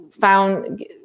found